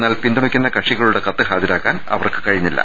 എന്നാൽ പിന്തുണക്കുന്ന കക്ഷികളുടെ കത്ത് ഹാജരാക്കാൻ അവർക്ക് കഴിഞ്ഞില്ല